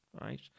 right